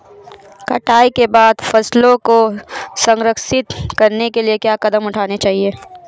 कटाई के बाद फसलों को संरक्षित करने के लिए क्या कदम उठाने चाहिए?